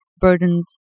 burdened